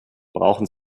brauchen